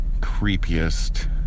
creepiest